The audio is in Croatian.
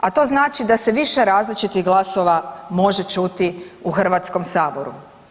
A to znači da se više različitih glasova može čuti u Hrvatskom saboru.